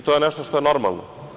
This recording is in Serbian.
To je nešto što je normalno.